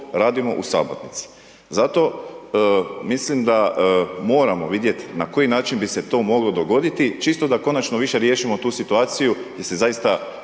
radimo u sabornici. Zato mislim da moramo vidjeti na koji način bi se to moglo dogoditi, čisto da konačno više riješimo tu situaciju, gdje se zaista